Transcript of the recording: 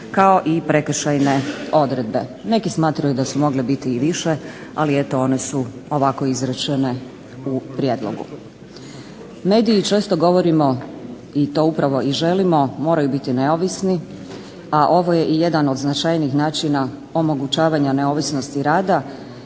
kao i prekršajne odredbe. Neki smatraju da su mogle biti i više, ali eto one su ovako izrečene u prijedlogu. Mediji, često govorimo i to upravo i želimo, moraju biti neovisni, a ovo je i jedan od značajnijih načina omogućavanja neovisnosti rada